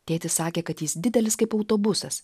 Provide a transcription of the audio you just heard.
tėtis sakė kad jis didelis kaip autobusas